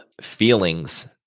feelings